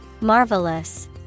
Marvelous